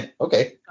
okay